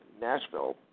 Nashville